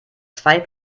zwei